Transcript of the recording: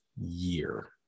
year